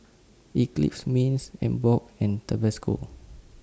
Eclipse Mints Emborg and Tabasco